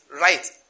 right